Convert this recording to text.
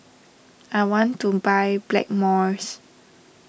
I want to buy Blackmores